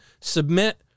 submit